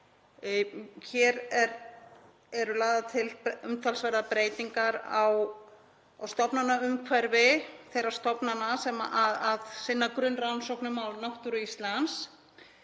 er eru lagðar til umtalsverðar breytingar á stofnanaumhverfi þeirra stofnana sem sinna grunnrannsóknum á náttúru Íslands